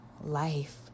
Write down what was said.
life